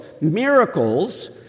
miracles